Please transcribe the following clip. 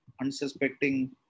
unsuspecting